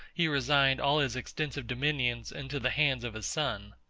he resigned all his extensive dominions into the hands of his son.